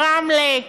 רמלה,